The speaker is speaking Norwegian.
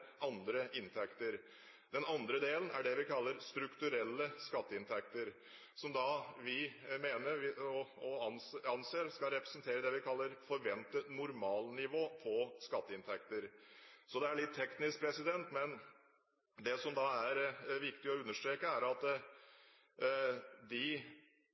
andre inntekter. Den andre delen av inntektene er det vi kaller strukturelle skatteinntekter, som vi anser skal representere det vi kaller et forventet normalnivå på skatteinntektene. Dette er litt teknisk, men det som er viktig å understreke, er at de